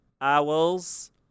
owls